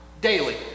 daily